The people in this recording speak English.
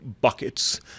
buckets